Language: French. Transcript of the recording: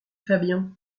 fabian